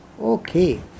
Okay